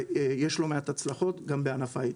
ויש לא מעט הצלחות גם בענף ההיי-טק.